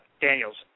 Daniels